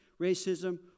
racism